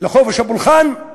לחופש הפולחן.